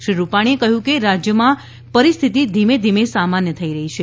શ્રી રૂપાણીએ કહયું કે રાજયમાં પરિસ્થિતિ ધીમે ધીમે સામાન્ય થઇ રહી છે